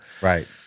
Right